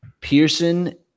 Pearson